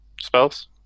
Spells